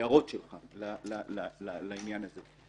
ההערות שלך לעניין הזה.